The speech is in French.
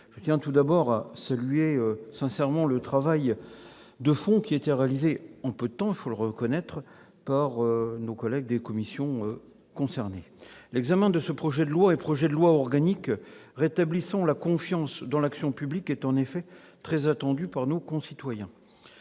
je tiens tout d'abord à saluer sincèrement le travail de fond réalisé en peu de temps par nos collègues des commissions saisies. L'examen de ce projet de loi et de ce projet de loi organique rétablissant la confiance dans l'action publique est en effet très attendu par nos concitoyens.